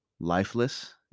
Lifeless